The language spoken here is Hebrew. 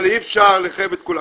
אבל, אי-אפשר לחייב את כולם.